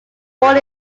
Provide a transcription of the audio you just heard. born